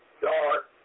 dark